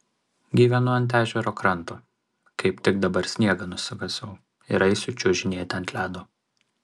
gyvenu ant ežero kranto kaip tik dabar sniegą nusikasiau ir eisiu čiuožinėti ant ledo